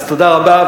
אז תודה רבה,